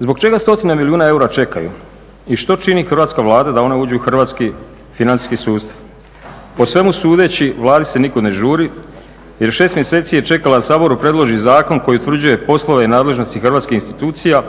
Zbog čega stotine milijuna eura čekaju i što čini Hrvatska vlada da oni uđu u hrvatski financijski sustav? Po svemu sudeći Vladi se nikud ne žuri jer 6 mjeseci je čekala da Saboru predloži zakon koji utvrđuje poslove i nadležnosti hrvatskih institucija